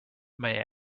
may